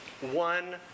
one